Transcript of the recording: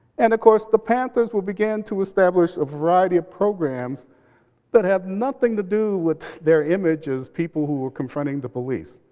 and of course, the panthers will began to establish a variety of programs that have nothing to do with their image as people who were confronting the police.